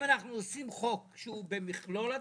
אנחנו עושים חוק שהוא במכלול הדברים,